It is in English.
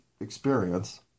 experience